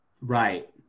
Right